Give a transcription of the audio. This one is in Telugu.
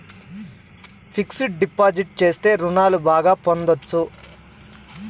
ఫిక్స్డ్ డిపాజిట్ చేస్తే రుణాలు బాగా పొందొచ్చు